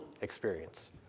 experience